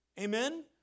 Amen